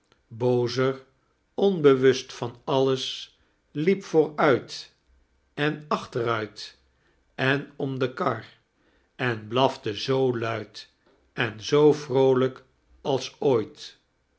bozer onbewust van alles liep vooruit en achteruit en om de kar en blafte zoo luid en zoo vroolijk als ooit